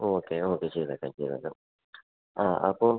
okay okay ചെയ്തേക്കാം ചെയ്തേക്കാം ആ അപ്പം